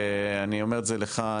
אני אומר את זה לך,